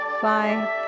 five